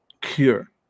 cure